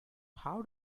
how